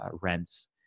rents